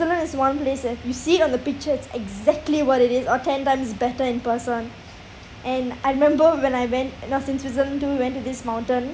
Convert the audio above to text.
is one place that you see it on the pictures it's exactly what it is or ten times it's better in person and I remember when I went when I was in switzerland tour we went to this mountain